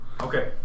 Okay